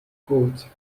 coach